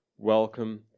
welcome